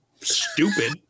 stupid